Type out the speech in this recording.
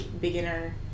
beginner